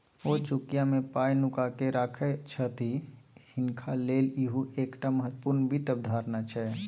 ओ चुकिया मे पाय नुकाकेँ राखय छथि हिनका लेल इहो एकटा महत्वपूर्ण वित्त अवधारणा छै